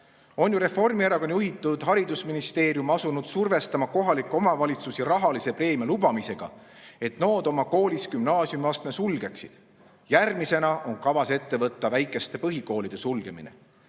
On ju Reformierakonna juhitud haridusministeerium asunud survestama kohalikke omavalitsusi rahalise preemia lubamisega, et nood oma koolis gümnaasiumiastme sulgeksid. Järgmisena on kavas ette võtta väikeste põhikoolide sulgemine.